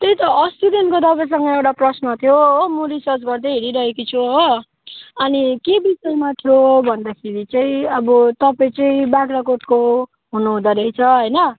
त्यही त अस्तिदेखिको तपाईँसँग एउटा प्रश्न थियो हो म रिसर्च गर्दै हिँडिरहेकी छु हो अनि के विषयमा थियो भन्दाखेरि चाहिँ अब तपाईँ चाहिँ बाग्राकोटको हुनुहुँदो रहेछ होइन